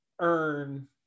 earn